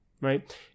right